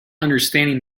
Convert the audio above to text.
understanding